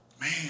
Man